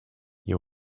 you